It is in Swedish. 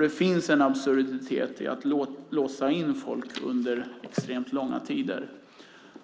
Det finns en absurditet i att låsa in folk under extremt långa tider.